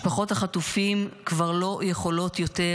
משפחות החטופים כבר לא יכולות יותר.